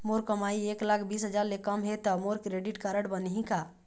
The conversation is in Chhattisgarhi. मोर कमाई एक लाख बीस हजार ले कम हे त मोर क्रेडिट कारड बनही का?